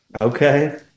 Okay